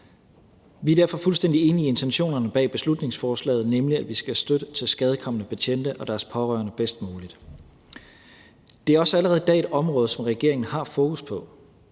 Vi er derfor fuldstændig enige i intentionerne bag beslutningsforslaget, nemlig at vi skal støtte tilskadekomne betjente og deres pårørende bedst muligt. Det er også allerede i dag et område, som regeringen har fokus på.